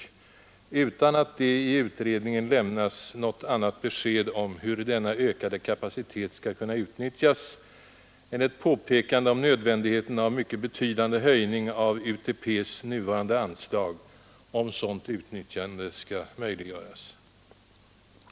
Och detta utan att det i utredningen lämnas något annat besked om hur denna ökade kapacitet skall kunna utnyttjas än ett påpekande om nödvändigheten av mycket betydande höjning av UTP:s nuvarande anslag, om sådant utnyttjande skall möjliggöras.